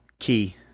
key